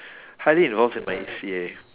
highly involved in my E_C_A